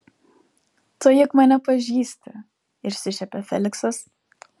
tu juk mane pažįsti išsišiepia feliksas